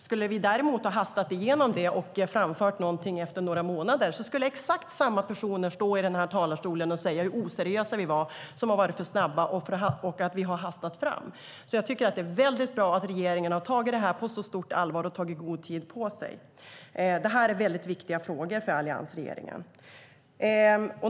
Skulle vi däremot ha hastat igenom det och framfört någonting efter några månader skulle exakt samma personer stå i den här talarstolen och säga hur oseriösa vi var som har varit för snabba och att vi har hastat fram något. Därför tycker jag att det är väldigt bra att regeringen har tagit det här på så stort allvar och tagit god tid på sig. Detta är väldigt viktiga frågor för alliansregeringen.